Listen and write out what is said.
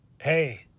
Hey